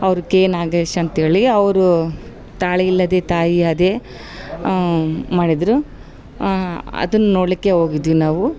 ಅವರು ಕೆ ನಾಗೇಶ್ ಅಂತೇಳಿ ಅವರೂ ತಾಳಿಯಿಲ್ಲದೆ ತಾಯಿಯಾದೆ ಮಾಡಿದರು ಅದನ್ ನೋಡಲಿಕ್ಕೆ ಹೋಗಿದ್ವಿ ನಾವು